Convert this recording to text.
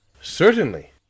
Certainly